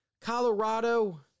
Colorado